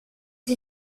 sie